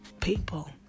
people